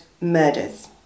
murders